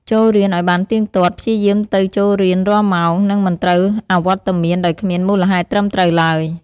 ចូលរៀនឱ្យបានទៀងទាត់ ព្យាយាមទៅចូលរៀនរាល់ម៉ោង និងមិនត្រូវអវត្តមានដោយគ្មានមូលហេតុត្រឹមត្រូវឡើយ។